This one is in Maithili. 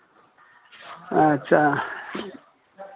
अच्छा